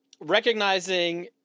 recognizing